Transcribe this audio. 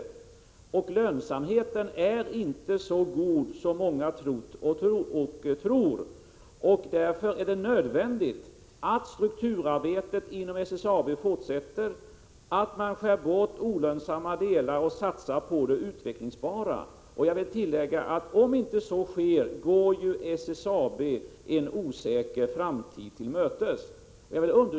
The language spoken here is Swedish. Lönsamheten är inte så god som många trott och tror. Därför är det nödvändigt att strukturarbetet inom SSAB fortsätter, att man skär bort olönsamma delar och satsar på det utvecklingsbara. Om så inte sker går SSAB en osäker framtid till mötes.